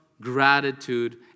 gratitude